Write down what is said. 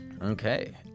Okay